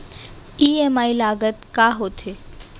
EMI लागत का होथे?